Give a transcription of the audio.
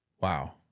wow